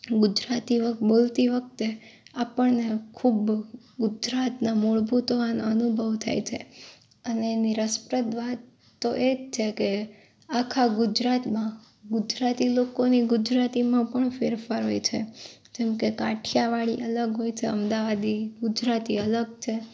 ગુજરાતીઓ બોલતી વખતે આપણને ખૂબ ગુજરાતનો મૂળભૂત હોવાનો અનુભવ થાય છે અને એની રસપ્રદ વાત તો એ જ છે કે આખા ગુજરાતમાં ગુજરાતી લોકોની ગુજરાતીમાં પણ ફેરફાર હોય છે જેમકે કાઠીયાવાડી અલગ હોય છે અમદાવાદી ગુજરાતી અલગ છે